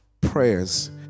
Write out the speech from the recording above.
prayers